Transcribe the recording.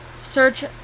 search